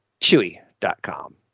Chewy.com